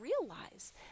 realize